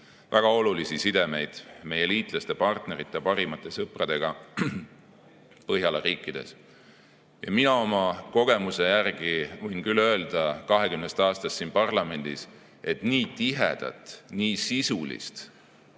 väga olulisi sidemeid meie liitlaste, partnerite ja parimate sõpradega Põhjalas. Mina oma kogemuse järgi võin küll öelda 20 aasta [põhjal] siin parlamendis, et nii tihedat, sisulist